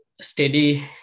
steady